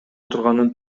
турганын